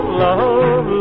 love